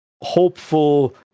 hopeful